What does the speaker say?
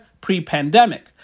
pre-pandemic